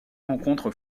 rencontres